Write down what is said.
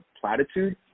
platitude